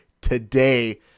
today